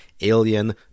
Alien